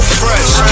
fresh